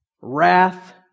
Wrath